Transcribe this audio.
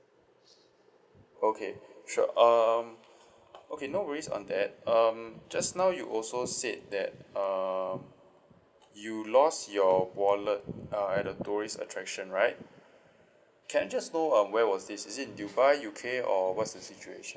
okay sure uh okay no worries on that um just now you also said that um you lost your wallet uh at the tourist attraction right can I just know um where was this is it dubai U_K or what's the situation